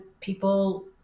people